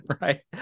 right